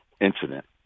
incident